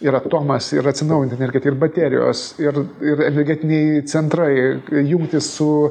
ir atomas ir atsinaujinanti energetika ir baterijos ir ir energetiniai centrai jungtys su